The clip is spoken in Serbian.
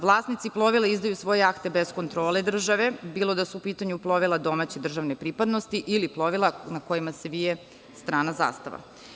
Vlasnici plovila izdaju svoje jahte bez kontrole države, bilo da su u pitanju plovila domaće državne pripadnosti ili da su plovila na kojima se vije strana zastava.